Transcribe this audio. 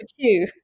two